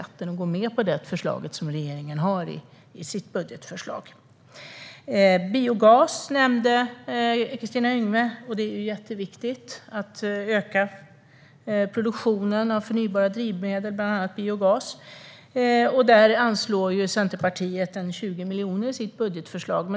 Man går alltså med på det förslag som regeringen har i sin budget. Kristina Yngwe nämnde biogas. Det är jätteviktigt att öka produktionen av förnybara drivmedel, bland annat biogas. Centerpartiet anslår 20 miljoner i sitt budgetförslag.